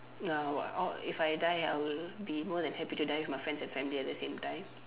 uh wh~ uh if I die I will be more than happy to die with my friends and family at the same time